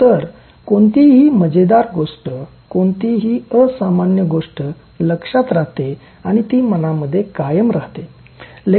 तर कोणतीही मजेदार गोष्ट कोणतीही असामान्य गोष्ट लक्षात राहते आणि ती मनामध्ये कायम राहते